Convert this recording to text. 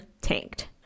tanked